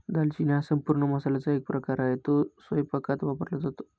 दालचिनी हा संपूर्ण मसाल्याचा एक प्रकार आहे, तो स्वयंपाकात वापरला जातो